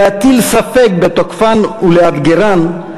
להטיל ספק בתוקפן ולאתגרן,